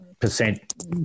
percent